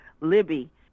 Libby